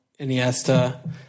Iniesta